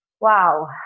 Wow